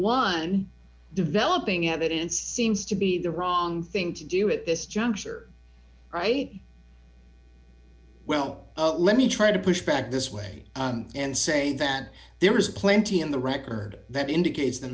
one developing evidence seems to be the wrong thing to do at this juncture right well let me try to push back this way and say that there is plenty in the record that indicates th